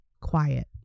quiet